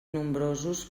nombrosos